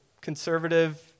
conservative